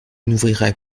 n’ouvrirai